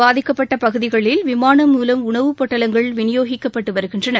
பாதிக்கப்பட்ட பகுதிகளில் விமானம் மூலம் உணவுப் பொட்டலங்கள் விளியோகிக்கப்பட்டு வருகின்றன